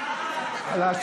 רגע, אדוני.